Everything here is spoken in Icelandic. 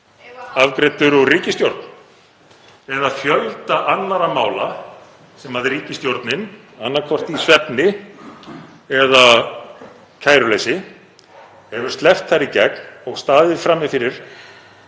afgreiddan úr ríkisstjórn, eða fjölda annarra mála sem ríkisstjórnin, annaðhvort í svefni eða kæruleysi, hefur sleppt þar í gegn og staðið frammi fyrir